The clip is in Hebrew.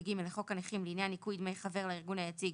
ו-(ג) לחוק הנכים לעניין ניכוי דמי חבר לארגון יציג